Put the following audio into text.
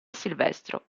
silvestro